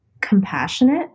compassionate